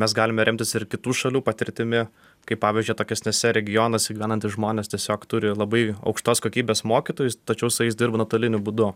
mes galime remtis ir kitų šalių patirtimi kaip pavyzdžiui atokesniuose regionuose gyvenantys žmonės tiesiog turi labai aukštos kokybės mokytojus tačiau su jais dirba nuotoliniu būdu